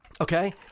Okay